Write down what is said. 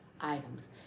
items